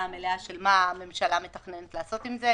המלאה של מה הממשלה מתכננת לעשות עם זה,